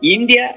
India